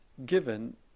given